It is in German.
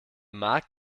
markt